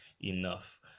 enough